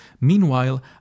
Meanwhile